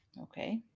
Okay